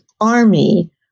army